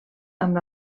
amb